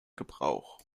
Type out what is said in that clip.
gebrauch